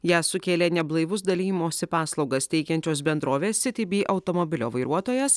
ją sukėlė neblaivus dalijimosi paslaugas teikiančios bendrovės siti bi automobilio vairuotojas